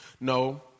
No